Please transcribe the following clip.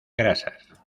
grasas